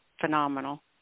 phenomenal